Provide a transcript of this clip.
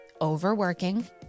overworking